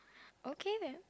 okay then